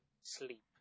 sleep